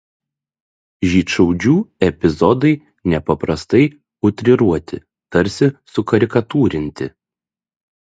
žydšaudžių epizodai nepaprastai utriruoti tarsi sukarikatūrinti